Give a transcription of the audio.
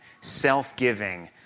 self-giving